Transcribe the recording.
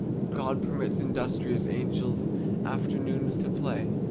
god permits industrious angels afternoons to play.